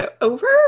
over